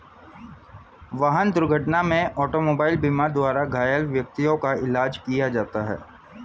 वाहन दुर्घटना में ऑटोमोबाइल बीमा द्वारा घायल व्यक्तियों का इलाज किया जाता है